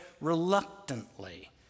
reluctantly